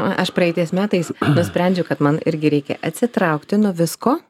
na aš praeitais metais nusprendžiau kad man irgi reikia atsitraukti nuo visko